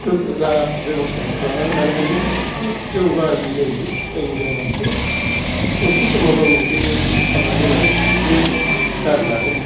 बे राहा बेबस्थाखौ खालामनानै लानो हायो नोङो जौगायै जाहैयो जायनि जाहोनाव बिसोरो मोनसे समाव गावनि बे आबाद मावनायखौनो गारनानै